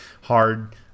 hard